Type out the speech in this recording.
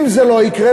אם זה לא יקרה,